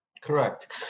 Correct